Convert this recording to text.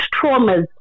traumas